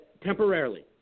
temporarily –